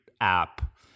app